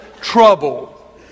trouble